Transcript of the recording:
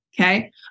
Okay